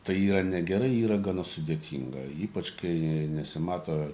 tai yra negerai yra gana sudėtinga ypač kai nesimato